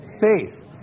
Faith